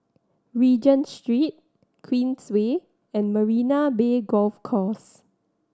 Regent Street Queensway and Marina Bay Golf Course